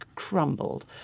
Crumbled